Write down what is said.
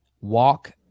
walk